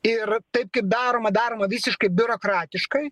ir taip kaip daroma daroma visiškai biurokratiškai